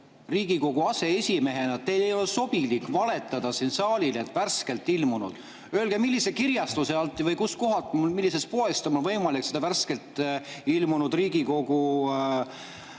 Riigikogu aseesimehena teil ei ole sobilik valetada saalile, et on värskelt ilmunud. Öelge, millise kirjastuse alt või kust kohast, millisest poest on võimalik värskelt ilmunud põhiseaduse